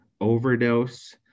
overdose